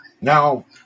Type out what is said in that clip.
Now